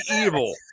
evil